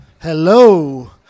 Hello